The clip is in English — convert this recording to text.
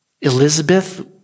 Elizabeth